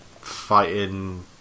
fighting